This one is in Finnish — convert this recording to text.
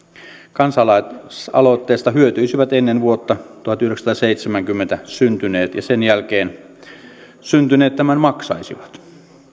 kansalaisaloitteesta hyötyisivät ennen vuotta tuhatyhdeksänsataaseitsemänkymmentä syntyneet ja sen jälkeen syntyneet tämän maksaisivat